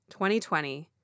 2020